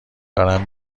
دارم